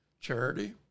charity